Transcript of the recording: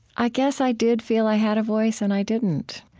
i guess i did feel i had a voice, and i didn't